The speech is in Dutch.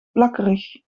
plakkerig